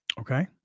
Okay